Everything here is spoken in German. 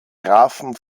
grafen